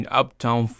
Uptown